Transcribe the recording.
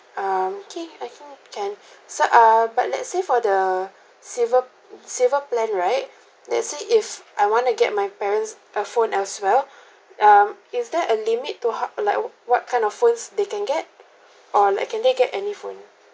ah okay I think can so uh but let's say for the silver silver plan right let's say if I want to get my parents a phone as well um is there a limit to hu~ like what kind of phones they can get or like can they get any phone